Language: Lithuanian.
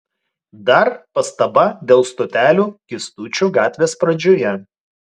dar pastaba dėl stotelių kęstučio gatvės pradžioje